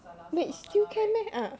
wait still can meh ah